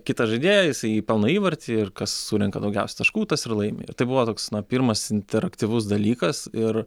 kitą žaidėją jisai pelno įvartį ir kas surenka daugiausia taškų tas ir laimi tai buvo toks na pirmas interaktyvus dalykas ir